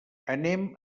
anem